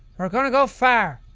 we're gonna go far.